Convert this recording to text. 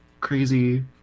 Crazy